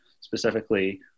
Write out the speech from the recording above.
specifically